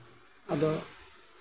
ᱟᱫᱚ